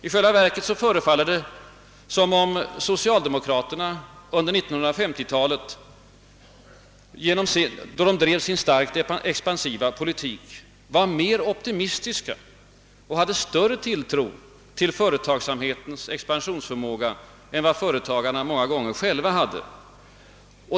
I själva verket förefaller det som om socialdemokraterna under 1950-talet, då de drev sin starkt expansiva politik, var mer optimistiska och hade större tilltro till företagsamhetens expansionsförmåga än vad företagarna själva många gånger hade.